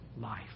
life